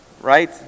Right